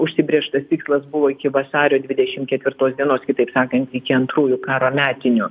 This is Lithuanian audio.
užsibrėžtas tikslas buvo iki vasario dvidešim ketvirtos dienos kitaip sakant iki antrųjų karo metinių